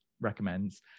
recommends